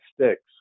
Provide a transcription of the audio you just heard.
sticks